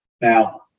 Now